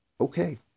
Okay